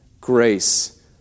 grace